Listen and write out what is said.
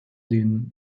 den